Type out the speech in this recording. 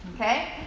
Okay